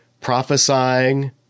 prophesying